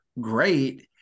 great